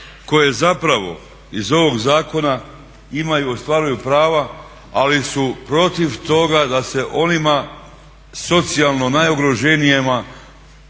koje zapravo iz ovog zakona imaju, ostvaruju prava ali su protiv toga da se onima socijalno najugroženijima